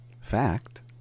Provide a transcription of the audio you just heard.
fact